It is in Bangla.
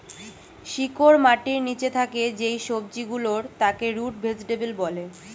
শিকড় মাটির নিচে থাকে যেই সবজি গুলোর তাকে রুট ভেজিটেবল বলে